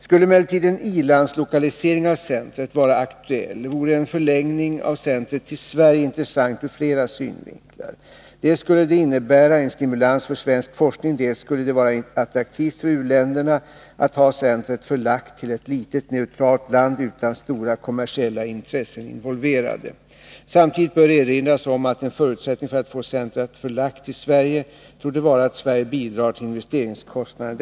Skulle emellertid en i-landslokalisering av centret vara aktuell, vore en förläggning av centret till Sverige intressant ur flera synvinklar. Dels skulle det innebära en stimulans för svensk forskning, dels skulle det vara attraktivt för u-länderna att ha centret förlagt till ett litet neutralt land utan stora kommersiella intressen involverade. Samtidigt bör erinras om att en förutsättning för att få centret förlagt till Sverige torde vara att Sverige bidrar till investeringskostnaderna.